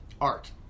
art